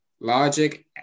Logic